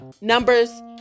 numbers